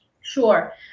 Sure